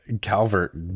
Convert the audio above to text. Calvert